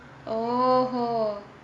oh